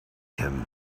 him